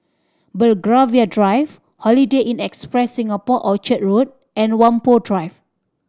Belgravia Drive Holiday Inn Express Singapore Orchard Road and Whampoa Drive